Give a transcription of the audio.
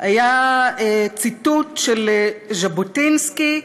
היה ציטוט של ז'בוטינסקי: